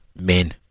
men